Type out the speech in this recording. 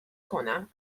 کنم